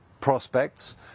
prospects